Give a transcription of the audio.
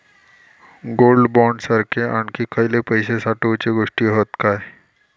Gold bond सारखे आणखी खयले पैशे साठवूचे गोष्टी हत काय?